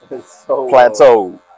plateau